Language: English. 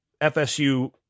FSU